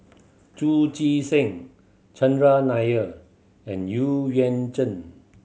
Chu Chee Seng Chandran Nair and Xu Yuan Zhen